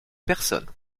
personne